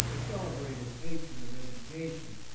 a celebrated patron of education,